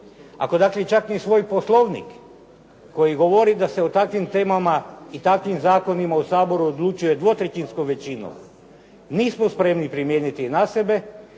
ako dakle čak ni svoj Poslovnik koji govori da se o takvim temama i takvim zakonima u Saboru odlučuje dvotrećinskom većinom, nismo spremni primijeniti na sebe,